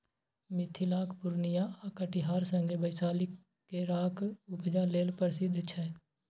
मिथिलाक पुर्णियाँ आ कटिहार संगे बैशाली केराक उपजा लेल प्रसिद्ध छै